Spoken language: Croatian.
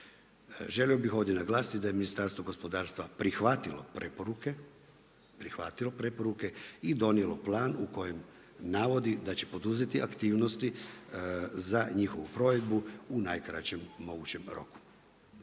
Želio bih ovdje naglasiti da je Ministarstvo gospodarstva prihvatilo preporuke i donijelo plan u kojem navodi da će poduzeti aktivnosti za njihovu provedbu u najkraćem mogućem roku.